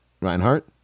reinhardt